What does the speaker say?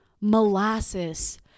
molasses